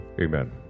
amen